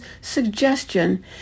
suggestion